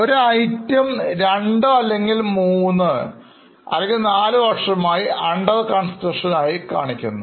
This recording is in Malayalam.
ഒരു ഐറ്റം രണ്ടോ അല്ലെങ്കിൽ മൂന്ന് അല്ലെങ്കിൽ നാലു വർഷമായി അണ്ടർ കൺസ്ട്രക്ഷൻ ആയി കാണിക്കുന്നു